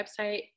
website